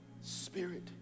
Spirit